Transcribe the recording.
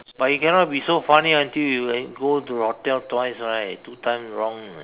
but he cannot be so funny until you can go to the hotel twice right two times wrong